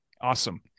Awesome